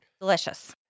Delicious